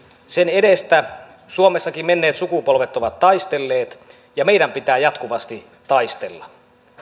sen edestä suomessakin menneet sukupolvet ovat taistelleet ja meidän pitää jatkuvasti taistella